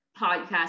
podcast